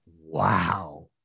wow